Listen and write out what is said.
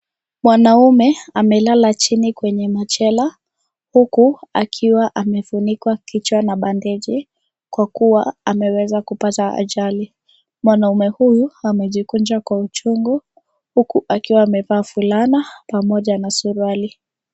Mwanaume amelala chini kwenye machela, huku akiwa amefunikwa kichwa na bandeji, kwa kuwa ameweza kupata ajali. Mwanamume huyu, amejikunja kwa uchungu, huku akiwa amevaa fulana pamoja na suruali.